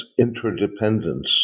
interdependence